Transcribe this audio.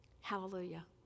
Hallelujah